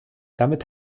damit